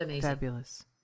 Fabulous